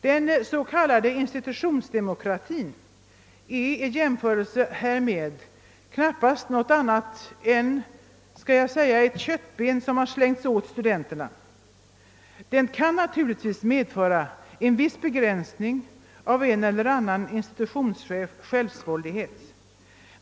Den s.k. institutionsdemokratin är i jämförelse härmed knappåst något annat än ett köttben som slängts åt studenterna. Den kan naturligtvis medföra en viss begränsning av en eller annan institutionschefs självsvåldighet.